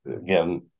Again